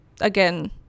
again